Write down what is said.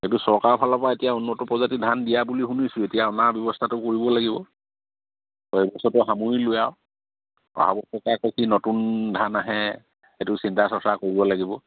সেইটো চৰকাৰৰ ফালৰ পৰা এতিয়া উন্নত প্ৰজাতিৰ ধান দিয়া বুলি শুনিছোঁ এতিয়া অনাৰ ব্যৱস্থাটো কৰিব লাগিব এই বছৰতো সামৰিলোৱে আৰু অহা বছৰকৈ আকৌ কি নতুন ধান আহে সেইটো চিন্তা চৰ্চা কৰিব লাগিব